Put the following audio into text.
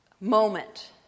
moment